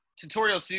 tutorial